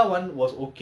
oh